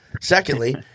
Secondly